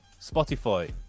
Spotify